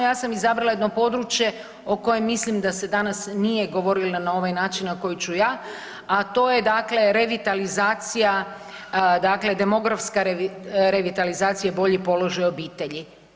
Ja sam izabrala jedno područje o kojem mislim da se danas nije govorilo ili na ovaj način na koji ću ja, a to je dakle revitalizacija dakle demografska revitalizacija i bolji položaj obitelji.